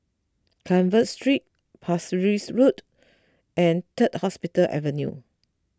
Carver Street Parsi Road and Third Hospital Avenue